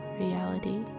reality